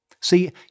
See